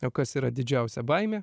o kas yra didžiausia baimė